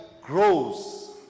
grows